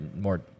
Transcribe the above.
more